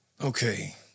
Okay